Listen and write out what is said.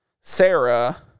Sarah